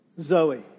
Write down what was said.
Zoe